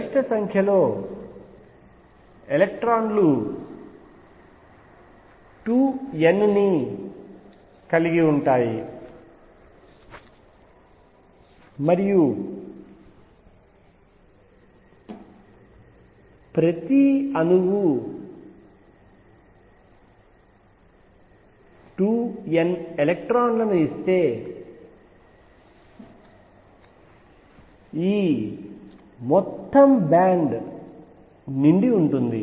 గరిష్ట సంఖ్యలో ఎలక్ట్రాన్లు 2 n ని కలిగి ఉంటాయి మరియు ప్రతి అణువు 2 n ఎలక్ట్రాన్ లను ఇస్తే ఈ మొత్తం బ్యాండ్ నిండి ఉంటుంది